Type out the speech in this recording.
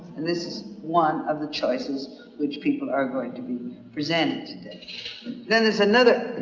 and this is one of the choices which people are going to be presenting then there's another